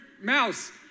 mouse